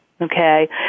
Okay